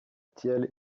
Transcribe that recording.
tielle